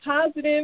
positive